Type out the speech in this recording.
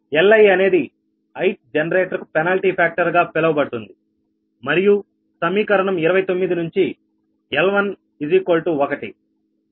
Li అనేది ith generator కు penalty factor గా పిలవబడుతుంది మరియు సమీకరణం 29 నుంచి L11